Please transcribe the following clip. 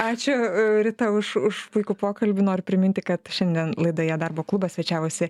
ačiū rita už už puikų pokalbį noriu priminti kad šiandien laidoje darbo klubas svečiavosi